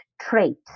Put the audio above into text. traits